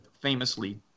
famously